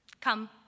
Come